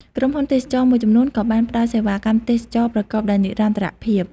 ក្រុមហ៊ុនទេសចរណ៍មួយចំនួនក៏បានផ្តល់សេវាកម្មទេសចរណ៍ប្រកបដោយនិរន្តរភាព។